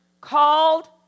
called